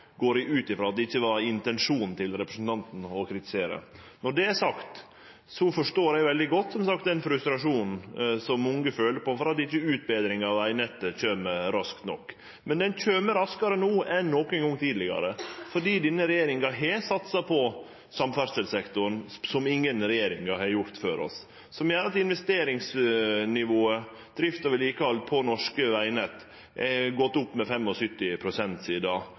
ikkje var intensjonen til representanten å kritisere. Når det er sagt, forstår eg veldig godt – som sagt – den frustrasjonen som mange føler fordi utbetringa av vegnettet ikkje kjem raskt nok. Men utbetringa kjem raskare no enn nokon gong tidlegare, fordi denne regjeringa har satsa på samferdselssektoren som ingen regjeringar har gjort før oss, som gjer at investeringsnivået på drift og vedlikehald av norske vegnett har gått opp med 75 pst. sidan